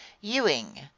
ewing